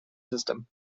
system